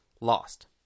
lost